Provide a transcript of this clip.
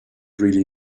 really